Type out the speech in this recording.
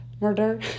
Murder